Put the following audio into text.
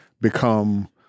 become